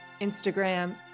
Instagram